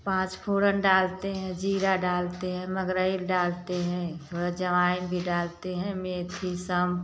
पाँच फोरन डालते हैं जीरा डालते हैं मंगरैल डालते हैं थोड़ा अजवाइन भी डालते हैं मेथी सब